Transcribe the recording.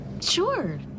Sure